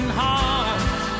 heart